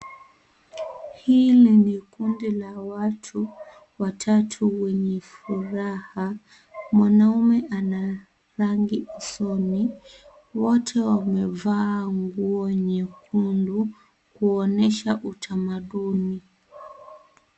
Ile ni kundi la watu watatu wenye furaha. Mwanaume ana rangi usoni, wote wamevaa nguo nyekundu kuonyesha utamaduni.